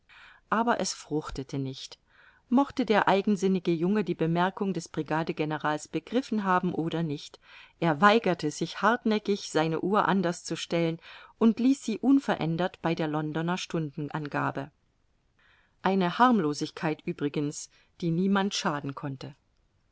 aber es fruchtete nicht mochte der eigensinnige junge die bemerkung des brigadegenerals begriffen haben oder nicht er weigerte sich hartnäckig seine uhr anders zu stellen und ließ sie unverändert bei der londoner stundenangabe eine harmlosigkeit übrigens die niemand schaden konnte